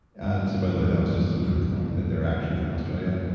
ah so by the way, that was just a proof point that they're actually from australia.